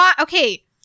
Okay